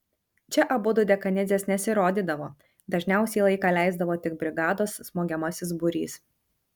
čia abu dekanidzės nesirodydavo dažniausiai laiką leisdavo tik brigados smogiamasis būrys